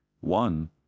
One